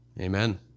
Amen